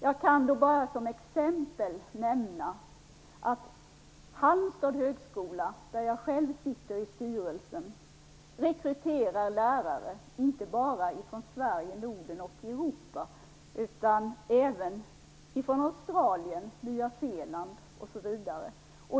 Jag kan bara som exempel nämna att Halmstads högskola, där jag själv sitter i styrelsen, rekryterar lärare inte bara från Sverige, Norden och Europa utan även från Australien, Nya Zeeland osv.